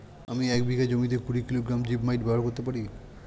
আমি এক বিঘা জমিতে কুড়ি কিলোগ্রাম জিপমাইট ব্যবহার করতে পারি?